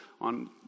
on